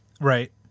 Right